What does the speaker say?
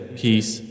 peace